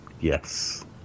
yes